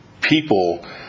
people